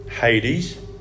Hades